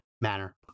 manner